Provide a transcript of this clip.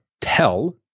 tell